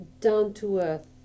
down-to-earth